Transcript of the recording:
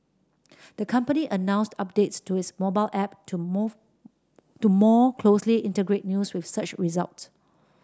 the company announced updates to its mobile app to more more closely integrate news with search results